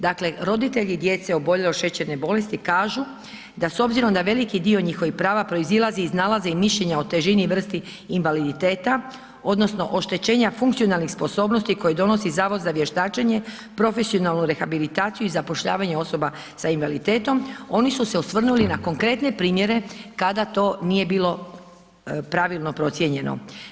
Dakle, roditelji djece oboljele od šećerne bolesti kažu, da s obzirom da veliki dio njihovih prava proizilazi iz nalaza i mišljenja o težini i vrsti invaliditeta, odnosno oštećenja funkcionalnih sposobnosti koji donosi Zavod za vještačenje, profesionalnu rehabilitaciju i zapošljavanje osoba s invaliditetom, oni su se osvrnuli na konkretne primjere kada to nije bilo pravilno procijenjeno.